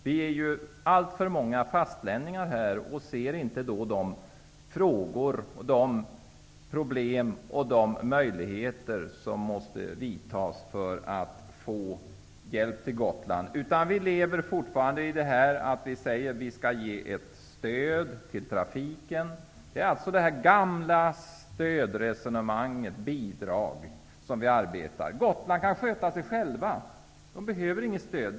Vi är alltför många fastlänningar här i kammaren och ser inte problemen, möjligheterna och vilka åtgärder som måste vidtas för att Gotland skall få hjälp. Vi säger fortfarande bara att Gotland skall få ett stöd till trafiken. Det är det gamla resonemanget om bidrag som vi fortfarande arbetar med. På Gotland kan man sköta sig själv. Gotland behöver inget stöd.